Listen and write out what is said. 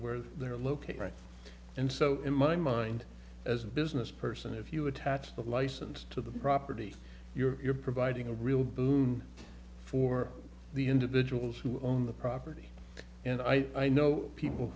where they're located right and so in my mind as a business person if you attach the license to the property you're providing a real boon for the individuals who own the property and i know people